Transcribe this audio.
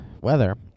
Weather